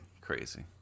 crazy